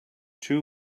two